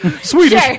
Swedish